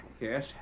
Yes